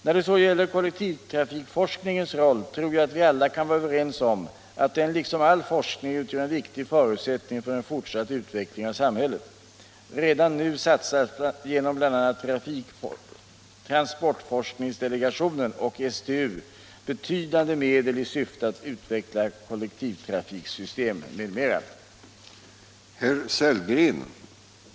När det så gäller kollektivtrafikforskningens roll tror jag vi alla kan vara överens om att den liksom all forskning utgör en viktig förutsättning för en fortsatt utveckling av samhället. Redan nu satsas genom bl.a. transportforskningsdelegationen och STU betydande medel i syfte att utveckla kollektivtrafiksystem m.m. 1